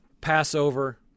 Passover